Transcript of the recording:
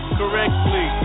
correctly